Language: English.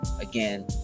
again